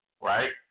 right